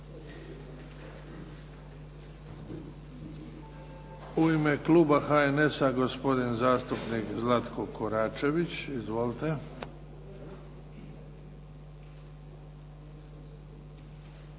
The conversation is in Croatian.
U ime kluba HNS-a, gospodin zastupnik Zlatko Koračević. Izvolite.